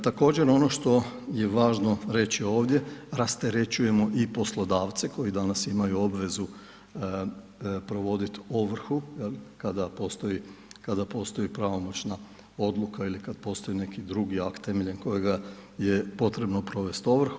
Također ono što je važno reći ovdje rasterećujemo i poslodavce koji danas imaju obvezu provoditi ovrhu je li, kada postoji, kada postoji pravomoćna odluka ili kad postoji neki drugi akt temeljem kojega je potrebno provesti ovrhu.